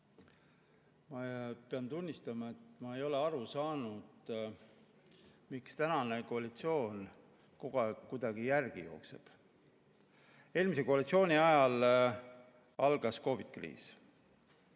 Ma pean tunnistama, et ma ei ole aru saanud, miks koalitsioon kogu aeg kuidagi järele jookseb. Eelmise koalitsiooni ajal algas COVID-i kriis.